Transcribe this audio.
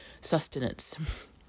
sustenance